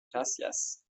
gracias